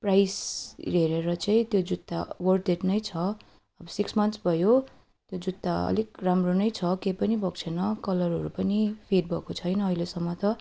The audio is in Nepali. प्राइज हेरेर चाहिँ त्यो जुत्ता वर्थ इट नै छ सिक्स मन्थ्स भयो त्यो जुत्ता अलिक राम्रो नै छ केही पनि भएको छैन कलरहरू पनि फेड भएको छैन अहिलेसम्म त